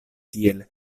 tiel